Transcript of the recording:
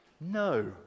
no